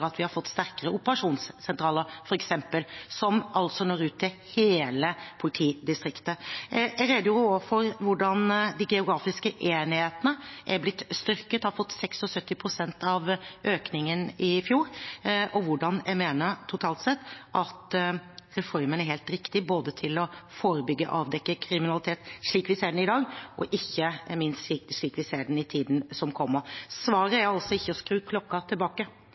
at vi har fått sterkere operasjonssentraler f.eks., som når ut til hele politidistriktet. Jeg redegjorde også for hvordan de geografiske enhetene er blitt styrket – de har fått 76 pst. av økningen i fjor – og hvordan jeg mener totalt sett at reformen er helt riktig for å både forebygge og avdekke kriminalitet slik vi ser den i dag, og ikke minst slik vi ser den i tiden som kommer. Svaret er altså ikke å skru klokka tilbake.